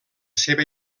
seva